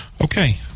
Okay